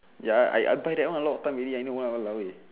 ya I I buy that one a lot of time already I know !walao! eh